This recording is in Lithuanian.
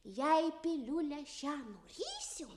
jei piliulę šią nurysiu